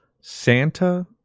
Santa